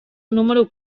número